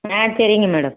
ஆ சரிங்க மேடம்